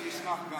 אני אשמח גם.